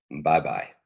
Bye-bye